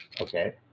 Okay